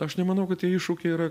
aš nemanau kad tie iššūkiai yra